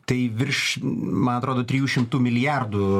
tai virš man atrodo trijų šimtų milijardų